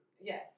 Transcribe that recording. Yes